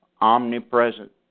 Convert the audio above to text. omnipresent